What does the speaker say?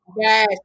Yes